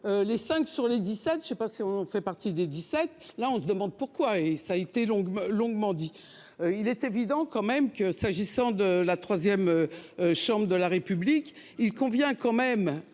Les cinq sur les 17 je ne sais pas si on fait partie des 17 là on se demande pour. Quoi et ça a été long longuement dit. Il est évident quand même que s'agissant de la 3ème. Chambre de la République il convient quand même